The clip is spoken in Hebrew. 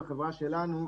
החברה שלנו,